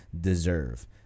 deserve